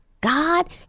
God